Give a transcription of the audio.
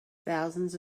thousands